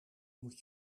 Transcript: moet